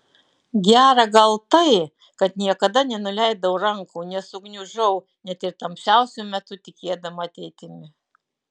gera gal tai kad niekada nenuleidau rankų nesugniužau net ir tamsiausiu metu tikėdama ateitimi